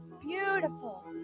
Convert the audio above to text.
Beautiful